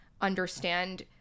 understand